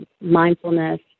mindfulness